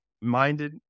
minded